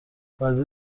وزیر